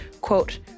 quote